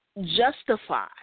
justify